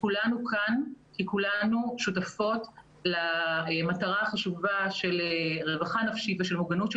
כולנו כאן כי כולנו שותפות למטרה החשובה של רווחה נפשית ושל מוגנות של